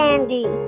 Andy